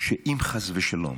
שאם חס ושלום